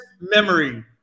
memory